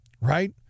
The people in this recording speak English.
right